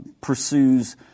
pursues